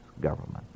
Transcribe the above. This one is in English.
government